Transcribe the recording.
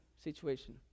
situation